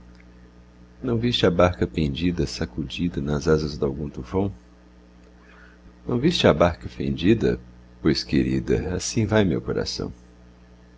não viste a barca perdida sacudida nas asas dalgum tufão não viste a barca fendida pois querida assim vai meu coração